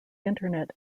internet